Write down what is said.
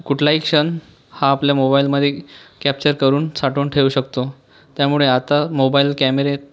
कुठलाही क्षण हा आपल्या मोबाईलमधे कॅप्चर करून साठवून ठेवू शकतो त्यामुळे आता मोबाईल कॅमेरे